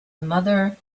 mother